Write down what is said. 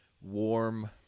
warm